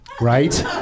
right